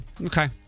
Okay